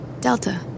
Delta